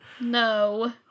No